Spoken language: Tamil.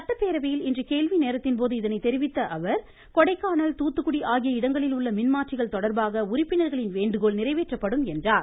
சட்டப்பேரவையில் இன்று கேள்விநேரத்தின் போது இதை தெரிவித்த அவர் கொடைக்கானல் தூத்துக்குடி ஆகிய இடங்களில் உள்ள மின்மாற்றிகள் தொடர்பாக உறுப்பினர்களின் வேண்டுகோள் நிறைவேற்றப்படும் என்றார்